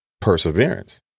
perseverance